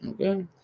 Okay